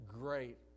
great